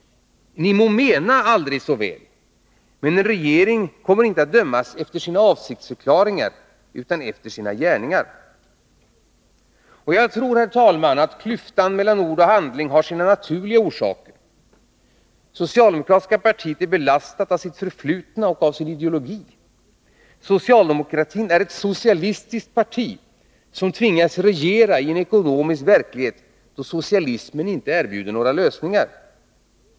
Ni må mena aldrig så väl, men en regering kommer inte att dömas efter sina avsiktsförklaringar utan efter sina gärningar. Jagtror, herr talman, att klyftan mellan ord och handling har sina naturliga 7 Nr 50 orsaker. Det socialdemokratiska partiet är belastat av sitt förflutna och av sin Onsdagen den ideologi. Socialdemokratin är ett socialistiskt parti som tvingas regera ien 15 december 1982 ekonomisk verklighet då socialismen icke erbjuder några lösningar.